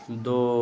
दो